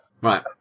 Right